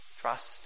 Trust